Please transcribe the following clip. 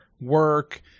work